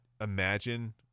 imagine